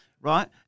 right